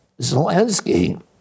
Zelensky